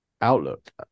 outlook